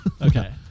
okay